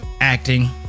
acting